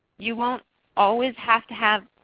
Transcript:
you won't always have to have,